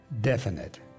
definite